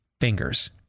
fingers